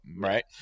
Right